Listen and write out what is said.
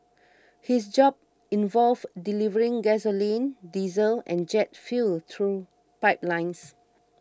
his job involved delivering gasoline diesel and jet fuel through pipelines